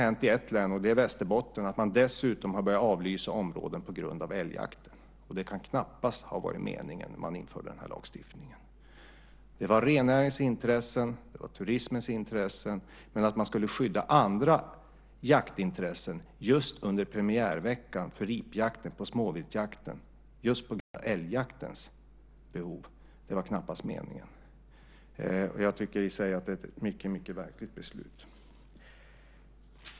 I ett län, Västerbotten, har man dessutom börjat avlysa områden på grund av älgjakten. Det kan knappast ha varit meningen när man införde lagstiftningen. Det var rennäringens och turismens intressen som det gällde. Det var knappast meningen att man skulle skydda andra jaktintressen - älgjaktens behov - just under premiärveckan för ripjakten under småviltsjakten. Jag tycker att detta i sig är ett mycket märkligt beslut.